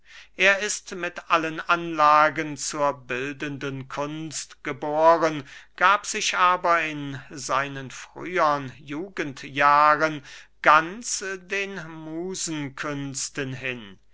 er ist mit allen anlagen zur bildenden kunst geboren gab sich aber in seinen frühern jugendjahren ganz den musenkünsten hin